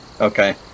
Okay